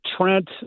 Trent